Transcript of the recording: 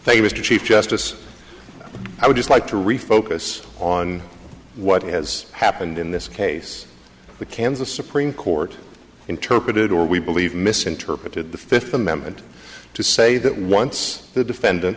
famous to chief justice i would just like to refocus on what has happened in this case the kansas supreme court interpreted or we believe misinterpreted the fifth amendment to say that once the defendant